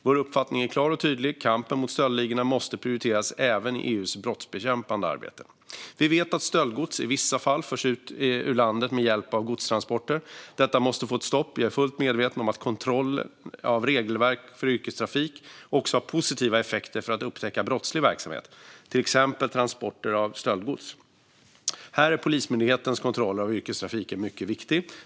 Vår uppfattning är klar och tydlig: Kampen mot stöldligorna måste prioriteras även i EU:s brottsbekämpande arbete. Vi vet att stöldgods i vissa fall förs ut ur landet med hjälp av godstransporter. Detta måste få ett stopp. Jag är fullt medveten om att kontroller av regelverk för yrkestrafik också har positiva effekter för att upptäcka brottslig verksamhet, till exempel transporter av stöldgods. Här är Polismyndighetens kontroller av yrkestrafiken mycket viktiga.